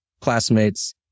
classmates